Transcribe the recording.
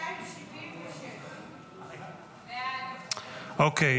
277. אוקיי.